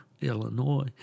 Illinois